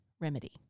remedy